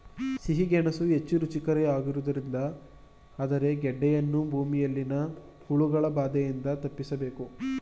ಸಿಹಿ ಗೆಣಸು ಹೆಚ್ಚು ರುಚಿಯಾಗಿರುವುದರಿಂದ ಆದರೆ ಗೆಡ್ಡೆಯನ್ನು ಭೂಮಿಯಲ್ಲಿನ ಹುಳಗಳ ಬಾಧೆಯಿಂದ ತಪ್ಪಿಸಬೇಕು